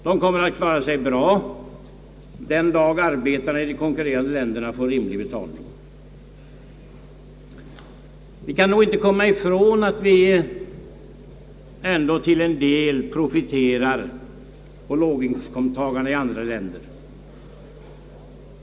De kommer att klara sig bra den dag arbetare i de konkurrerande länderna får rimlig betalning. Vi kan nog inte komma ifrån att vi ändå till en del profiterar på låginkomsttagarna i andra länder.